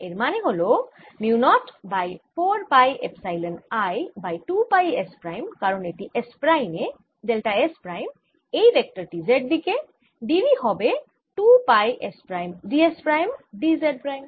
এর মানে হল mu 0 by 4 pi integral I by 2 pi S prime কারণ এটি S প্রাইমে ডেল্টা S প্রাইম এই ভেক্টর টি Z দিকে d v হবে 2 pi S prime d s prime d Z prime